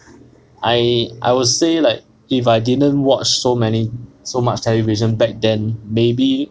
I I would say like if I didn't watch so many so much television back then maybe